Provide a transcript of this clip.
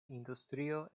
industrio